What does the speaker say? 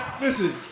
listen